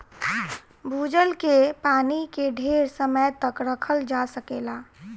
भूजल के पानी के ढेर समय तक रखल जा सकेला